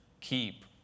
keep